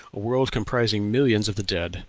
a world comprising millions of the dead,